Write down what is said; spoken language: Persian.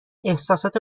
احسسات